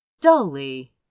dully